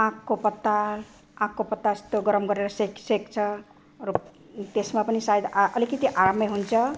आँकको पत्ता आँकको पत्ता यस्तो गरम गरेर सेक् सेक्छ अरू त्यसमा पनि सायद अलिकति आरामै हुन्छ